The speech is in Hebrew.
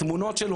התמונות שלו,